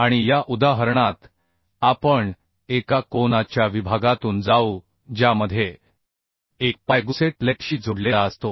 आणि या उदाहरणात आपण एका कोना च्या विभागातून जाऊ ज्यामध्ये एक पाय गुसेट प्लेटशी जोडलेला असतो